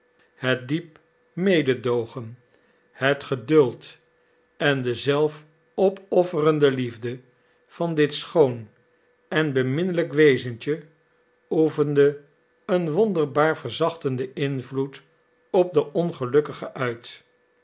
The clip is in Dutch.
het diep mededoogen het geduld en de zelfopofferende liefde van dit schoon en beminnelijk wezentje oefenden een wonderbaar verzachtenden invloed op den ongelukkige uit